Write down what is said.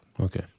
Okay